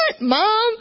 Mom